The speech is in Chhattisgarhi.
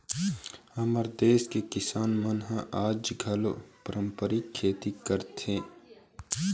हमर देस के किसान मन ह आज घलोक पारंपरिक खेती करत हे